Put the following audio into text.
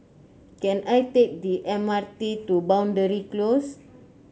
can I take the M R T to Boundary Close